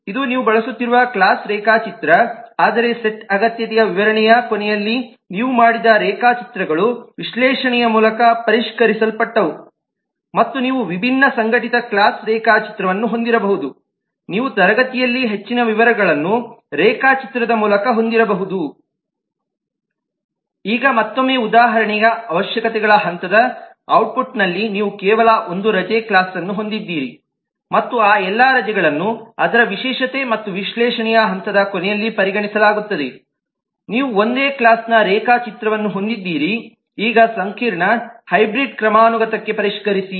ಇದು ನೀವು ಬಳಸುತ್ತಿರುವ ಕ್ಲಾಸ್ ರೇಖಾಚಿತ್ರ ಆದರೆ ಸೆಟ್ ಅಗತ್ಯತೆಯ ವಿವರಣೆಯ ಕೊನೆಯಲ್ಲಿ ನೀವು ಮಾಡಿದ ರೇಖಾಚಿತ್ರಗಳು ವಿಶ್ಲೇಷಣೆಯ ಮೂಲಕ ಪರಿಷ್ಕರಿಸಲ್ಪಟ್ಟವು ಮತ್ತು ನೀವು ವಿಭಿನ್ನವಾಗಿ ಸಂಘಟಿತ ಕ್ಲಾಸ್ ರೇಖಾಚಿತ್ರವನ್ನು ಹೊಂದಿರಬಹುದು ನೀವು ತರಗತಿಯಲ್ಲಿ ಹೆಚ್ಚಿನ ವಿವರಗಳನ್ನು ರೇಖಾಚಿತ್ರದ ಮೂಲಕ ಹೊಂದಿರಬಹುದು ಈಗ ಮತ್ತೊಮ್ಮೆ ಉದಾಹರಣೆ ಅವಶ್ಯಕತೆಗಳ ಹಂತದ ಔಟ್ಪುಟ್ನಲ್ಲಿ ನೀವು ಕೇವಲ ಒಂದು ರಜೆ ಕ್ಲಾಸ್ವನ್ನು ಹೊಂದಿದ್ದೀರಿ ಮತ್ತು ಆ ಎಲ್ಲಾ ರಜೆಗಳನ್ನು ಅದರ ವಿಶೇಷತೆ ಮತ್ತು ವಿಶ್ಲೇಷಣೆಯ ಹಂತದ ಕೊನೆಯಲ್ಲಿ ಪರಿಗಣಿಸಲಾಗುತ್ತದೆನೀವು ಒಂದೇ ಕ್ಲಾಸ್ನ ರೇಖಾಚಿತ್ರವನ್ನು ಹೊಂದಿದ್ದೀರಿ ಈಗ ಸಂಕೀರ್ಣ ಹೈಬ್ರಿಡ್ ಕ್ರಮಾನುಗತಕ್ಕೆ ಪರಿಷ್ಕರಿಸಿ